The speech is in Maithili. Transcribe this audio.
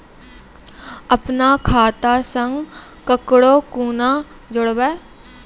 अपन खाता संग ककरो कूना जोडवै?